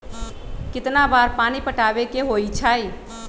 कितना बार पानी पटावे के होई छाई?